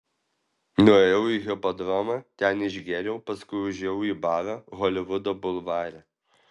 nuėjau į hipodromą ten išgėriau paskui užėjau į barą holivudo bulvare